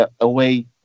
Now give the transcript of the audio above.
away